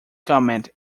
comment